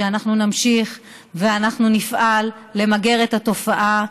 ואנחנו נמשיך ואנחנו נפעל למגר את התופעה.